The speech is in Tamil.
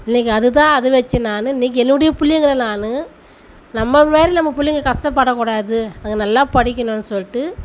இன்றைக்கு அது தான் அதை வச்சு நான் இன்றைக்கு என்னுடைய பிள்ளைங்கள நான் நம்மளை மாரி நம்ம பிள்ளைங்க கஷ்டப்படக்கூடாது அதுங்க நல்லா படிக்கணும் சொல்லிட்டு